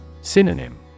Synonym